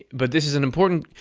but this is an important.